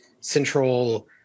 central